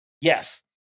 yes